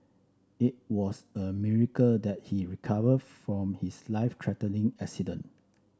it was a miracle that he recovered from his life threatening accident